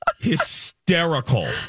hysterical